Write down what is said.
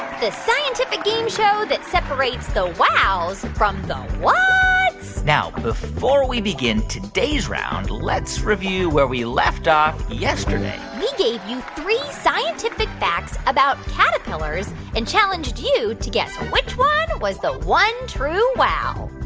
the scientific game show that separates the wows from the um whats now, before we begin today's round, let's review where we left off yesterday we gave you three scientific facts about caterpillars and challenged you to guess which one was the one true wow.